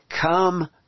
Come